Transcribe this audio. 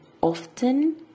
often